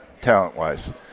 talent-wise